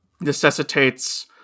necessitates